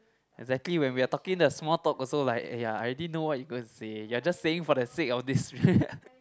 exactly when we are talking the small talk also like ya I already know what you going to say you're just saying for the sake of this